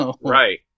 Right